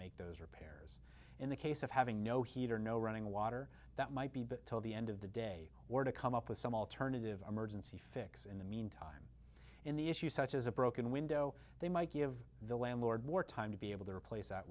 make those in the case of having no heater no running water that might be til the end of the day or to come up with some alternative emergency fix in the meantime in the issues such as a broken window they might give the landlord more time to be able to replace that